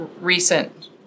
recent